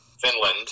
Finland